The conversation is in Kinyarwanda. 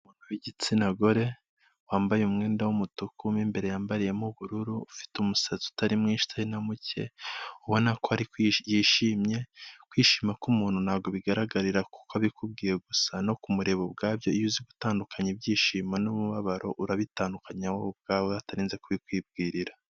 Umuntu w'igitsina gore wambaye umwenda w'umutuku imbere yambariyemo ubururu, ufite umusatsi utari mwinshi utari na muke ubona ko yishimye, kwishima k'umuntu ntabwo bigaragarira kuko abikubwiye gusa no kumureba ubwabyo iyo uzi gutandukanya ibyishimo n'umubabaro, urabitandukanya wowe ubwawe atarinze kubikwibwirira.